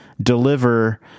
deliver